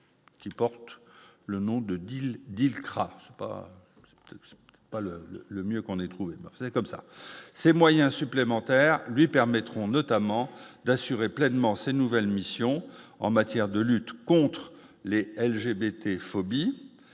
qui porte le nom de deal dire pas pas le le mieux qu'on est trouvé, c'est comme ça, ces moyens supplémentaires lui permettront notamment d'assurer pleinement ses nouvelles missions en matière de lutte contre l'et LGBT phobies